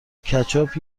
کچاپ